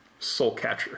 Soulcatcher